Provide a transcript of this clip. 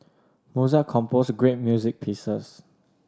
Mozart composed great music pieces